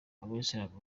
abayisilamu